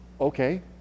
okay